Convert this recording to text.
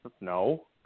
No